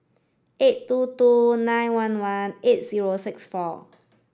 eight two two nine one one eight zero six four